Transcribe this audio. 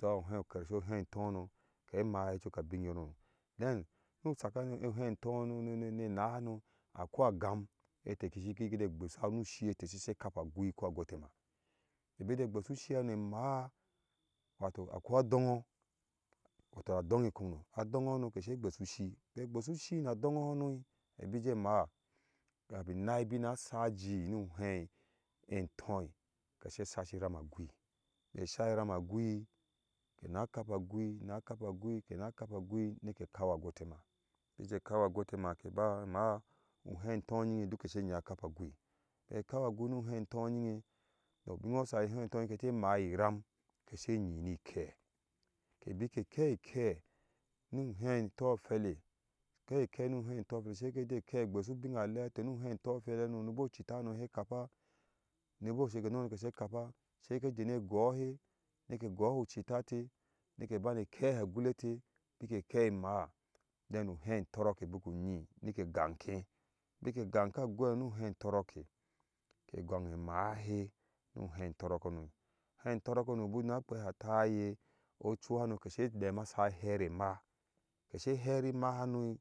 zuwa ukershe uheinto hano kɛfɛ mayir choka bin yɔɔ no den nuh sakani oheintoh ne nahano akoi agam ɛtɛ kɛ shike gbesha nu shie etɛ keshiɛhɛ kapa gui kɔ aggutɛmaa kɛbikɛ gbesushihani jɛ maah wato akɔi a dongnɔɔ watɔ na donghi kɔɔ mo a dongno ham kɛsɛ gbeshu shi be gbeshushi na dongho a hano kenije maah kapin ŋnai bina sa aji nuh whei ŋtoi kɛsɛ shashi rama gui bɛ sai irama gui kena kapaa gui na kapaa gui kena kapa ui nike kau a gofɛmaa nikɛ kan agoten aa kɛ ba maa uhei ntonyinghe duk kɛsɛ nyiyin akapa gui beh kau agui nu hei ŋtonyimghɛ tɔh biu ɛyɛ sai uheig tonyin ghanukefɛ mayir iram kɛsɛ ŋyinyir ni kɛ kɛbikɛ kɛikɛ nu hei ŋtophelɛ keikɛ nu hei ŋtophele sai kɛjɛ lɛikɛ gbeso binalɛ yahtɛ nu hei ŋtophele n boh cita hano she kpa nimbo shekenu hano she kapa sei kɛ jene gohee nikɛ goh citath nike bane kɛhaa aguletɛ bake kɛ maah den uhei ŋtɔrɔk ke buku nyinikɛ gankɛ bikɛgankɛ gu hano nu hei ŋtorɔkrɛ kɛ gang e maahe nu hein ŋtorɔk hano hein ŋtorɔk hano bu na kpɛ ha taye ochu hana kɛsɛ sa demeahevɛ mma kesɛ hevi mma hano.